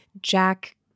Jack